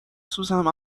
سوزم